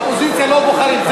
לאופוזיציה לא בוחרים.